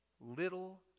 little